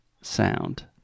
sound